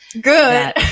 Good